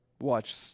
watch